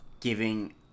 Giving